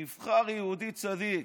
נבחר יהודי צדיק,